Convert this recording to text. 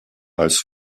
als